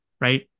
right